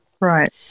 Right